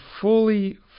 fully